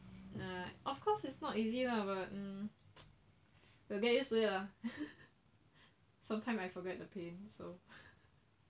like of course it's not easy lah but um the day lah sometime I forget the pain so